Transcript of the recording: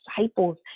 disciples